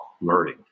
learning